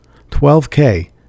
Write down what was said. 12K